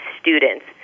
students